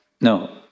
No